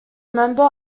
member